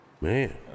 man